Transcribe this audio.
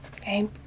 Okay